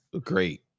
great